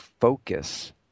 focus